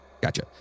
gotcha